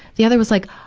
the other was like,